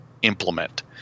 Implement